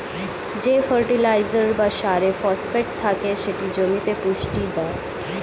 যে ফার্টিলাইজার বা সারে ফসফেট থাকে সেটি জমিতে পুষ্টি দেয়